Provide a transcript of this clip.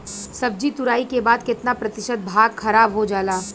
सब्जी तुराई के बाद केतना प्रतिशत भाग खराब हो जाला?